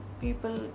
people